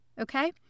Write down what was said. okay